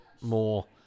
more